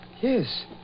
Yes